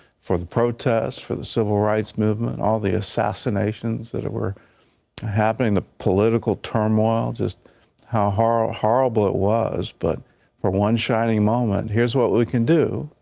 for the protests, for the civil rights movement, all the assisnations that were happening, the political turmoil, just how horrible horrible it was, but for one shining moment, here's what we can do,